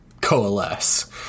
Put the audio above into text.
coalesce